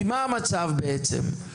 כי מה המצב, בעצם?